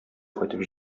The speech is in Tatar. кайтып